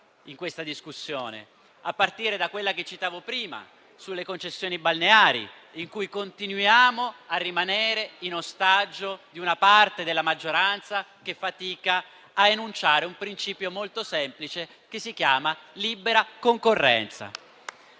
in questa discussione, a partire da quella che citavo prima sulle concessioni balneari, su cui continuiamo a rimanere ostaggio di una parte della maggioranza, che fatica a enunciare un principio molto semplice, che si chiama libera concorrenza.